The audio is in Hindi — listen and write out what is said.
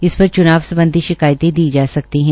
इस पर च्नाव संबंधी शिकायतें दी जा सकती हैं